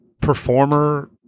performer